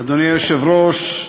אדוני היושב-ראש,